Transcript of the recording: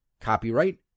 copyright